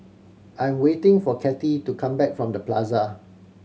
I am waiting for Cathy to come back from The Plaza